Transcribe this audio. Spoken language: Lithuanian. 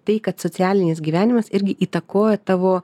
tai kad socialinis gyvenimas irgi įtakojo tavo